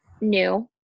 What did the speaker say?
new